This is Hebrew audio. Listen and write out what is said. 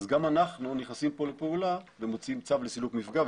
אז גם אנחנו נכנסים פה לפעולה ומוציאים צו לסילוק מפגע,